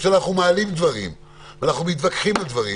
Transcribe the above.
כשאנחנו מעלים דברים ומתווכחים על הדברים